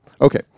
Okay